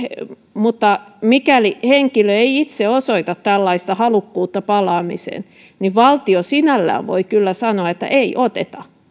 mutta mikäli henkilö ei itse osoita tällaista halukkuutta palaamisen niin valtio sinällään voi kyllä sanoa että ei oteta